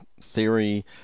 theory